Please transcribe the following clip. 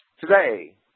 today